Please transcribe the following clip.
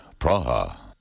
Praha